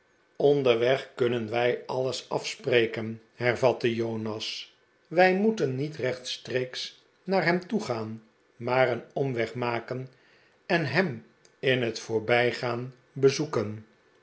onderweg kunnen wij alles afspreken hervatte jonas wij moeten niet rechtstreeks naar hem toegaan maar een omweg maken en hem in het voorbijgaan bezoeken